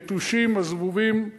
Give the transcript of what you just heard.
היתושים, הזבובים,